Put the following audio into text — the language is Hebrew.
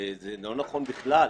זה לא נכון בכלל.